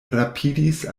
rapidis